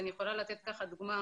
ואני יכולה לתת דוגמה.